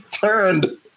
turned